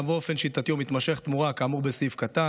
באופן שיטתי או מתמשך תמורה כאמור בסעיף קטן,